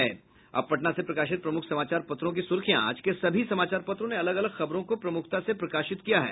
अब पटना से प्रकाशित प्रमुख समाचार पत्रों की सुर्खियां आज के सभी समाचार पत्रों ने अलग अलग खबरों को प्रमुखता से प्रकाशित किया है